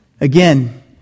Again